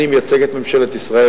אני מייצג את ממשלת ישראל.